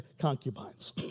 concubines